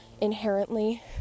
Inherently